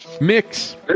Mix